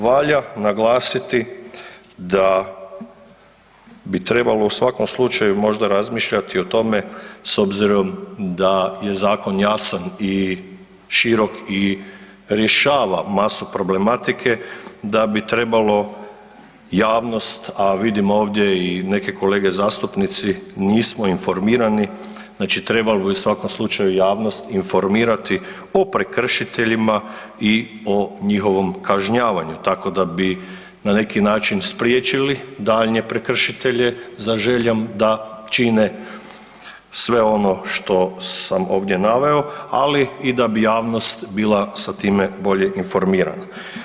Valja naglasiti da bi trebalo u svakom slučaju možda razmišljati o tome s obzirom da je zakon jasan i širok i rješava masu problematike, da bi trebalo javnost, a vidimo ovdje i neke kolege zastupnici, nismo informirani, znači trebalo bi u svakom slučaju javnost informirati o prekršiteljima i o njihovom kažnjavanju, tako da bi na neki način spriječili daljnje prekršitelje za željom da čine sve ono što sam ovdje naveo, ali i da bi javnost bila sa time bolje informirana.